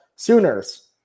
Sooners